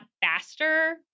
faster